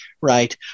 right